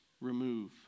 remove